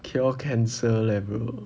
cure cancer leh bro